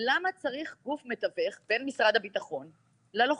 למה צריך גוף מתווך בין משרד הביטחון ללוחם?